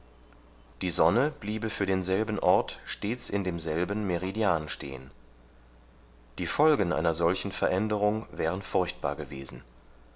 die sonne bliebe für denselben ort stets in demselben meridian stehen die folgen einer solchen veränderung wären furchtbar gewesen